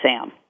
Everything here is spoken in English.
Sam